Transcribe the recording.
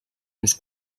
uns